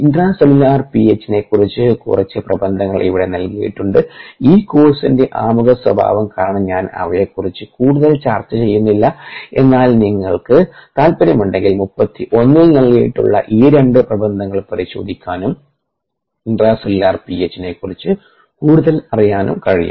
intra cellular പിഎച്ചിനെക്കുറിച്ച് കുറച്ച് പ്രബന്ധങ്ങൾ ഇവിടെ നൽകിയിട്ടുണ്ട് ഈ കോഴ്സിന്റെ ആമുഖ സ്വഭാവം കാരണം ഞാൻ അവയെക്കുറിച്ച് കൂടുതൽ ചർച്ച ചെയ്യുന്നില്ല എന്നാൽ നിങ്ങൾക്ക് താൽപ്പര്യമുണ്ടെങ്കിൽ 31ൽ നൽകിയിട്ടുള്ള ഈ 2 പ്രബന്ധങ്ങൾ പരിശോധിക്കാനും ഇൻട്രാ സെല്ലുലാർ പിഎച്ചി നെക്കുറിച്ച്കൂടുതൽ അറിയാനും കഴിയും